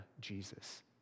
Jesus